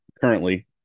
currently